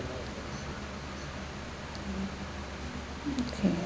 okay